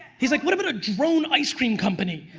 he's like what about a drone ice-cream company?